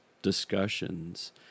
Discussions